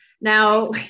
Now